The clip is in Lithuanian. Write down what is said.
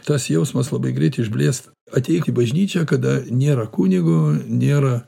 tas jausmas labai greit išblėsta ateik į bažnyčią kada nėra kunigo nėra